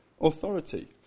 authority